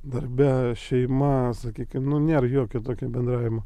darbe šeima sakykim nu nėra jokio tokio bendravimo